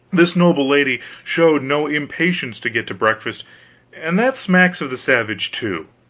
this noble lady showed no impatience to get to breakfast and that smacks of the savage, too.